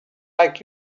like